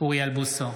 אוריאל בוסו,